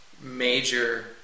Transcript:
Major